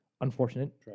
unfortunate